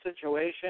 situation